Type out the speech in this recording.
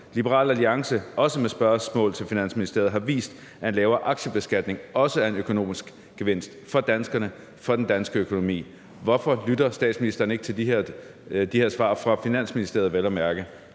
Liberal Alliance har også med spørgsmål til Finansministeriet vist, at en lavere aktiebeskatning også er en økonomisk gevinst for danskerne og for den danske økonomi. Hvorfor lytter statsministeren ikke til de her svar – vel at mærke